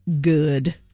Good